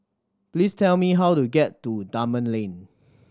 please tell me how to get to Dunman Lane